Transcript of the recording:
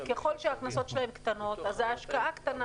ככל שהכנסות שלהן קטנות, אז ההשקעה קטנה.